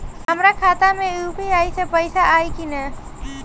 हमारा खाता मे यू.पी.आई से पईसा आई कि ना?